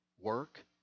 Work